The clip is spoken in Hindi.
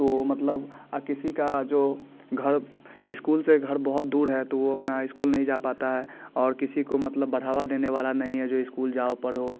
तो मतलब आ किसी का जो घर इस्कूल से घर बहुत दूर है तो वो अपना इस्कूल नहीं जा पाता है और किसी को मतलब बढ़ावा देने वाला नहीं है जो इस्कूल जाओ पढ़ो